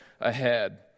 ahead